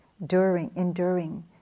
enduring